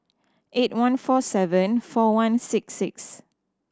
eight one four seven four one six six